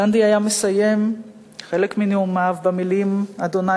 גנדי היה מסיים חלק מנאומיו במלים: אדוני